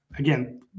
Again